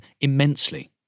immensely